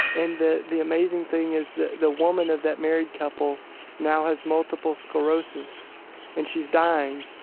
and the the amazing thing is that the woman of that married couple now has multiple sclerosis and she's dying,